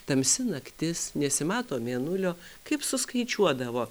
tamsi naktis nesimato mėnulio kaip suskaičiuodavo